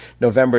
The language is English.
November